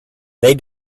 they